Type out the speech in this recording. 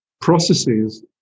processes